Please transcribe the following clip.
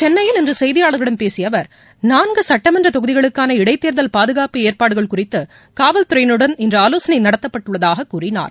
சென்னையில் இன்று செய்தியாளா்களிடம் பேசிய அவர் நான்கு சுட்டமன்ற தொகுதிகளுக்கான இடைத்தேர்தல் பாதுகாப்பு ஏற்பாடுகள் குறித்து காவல்துறையினருடன் இன்று ஆலோசனை நடத்தப்பட்டுள்ளதாக கூறினார்